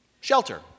shelter